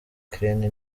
ukraine